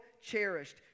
cherished